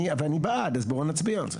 ואני בעד, אז בואו נצביע על זה.